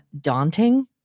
daunting